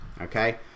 okay